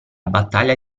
battaglia